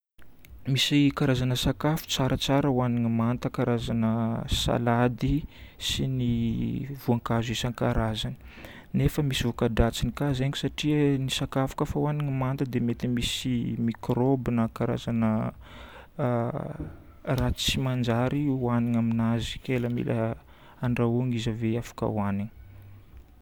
Misy karazagna sakafo tsaratsara hohanigna manta karazagna salady sy ny voankazo isankarazany. Nefa misy vokadratsiny ka zegny satria sakafo koafa hohanigna manta dia mety misy microbe na karazagna raha tsy manjary hohanigna aminazy ke andrahoagna izy ave afaka hohanigny.